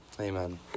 Amen